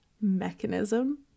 mechanism